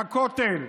בכותל,